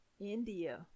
India